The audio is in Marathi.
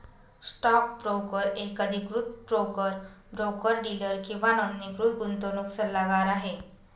स्टॉक ब्रोकर एक अधिकृत ब्रोकर, ब्रोकर डीलर किंवा नोंदणीकृत गुंतवणूक सल्लागार आहे